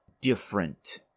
different